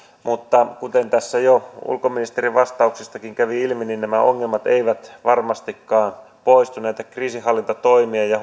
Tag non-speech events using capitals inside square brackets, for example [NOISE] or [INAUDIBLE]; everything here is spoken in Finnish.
mutta kuten tässä jo ulkoministerin vastauksestakin kävi ilmi nämä ongelmat eivät varmastikaan poistu näitä kriisinhallintatoimia ja [UNINTELLIGIBLE]